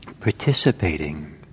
participating